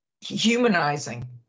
humanizing